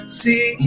see